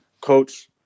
coach